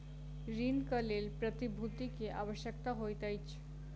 ऋणक लेल प्रतिभूति के आवश्यकता होइत अछि